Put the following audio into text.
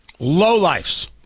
Lowlifes